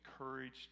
encouraged